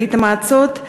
ברית-המועצות לשעבר,